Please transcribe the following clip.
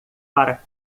para